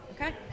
okay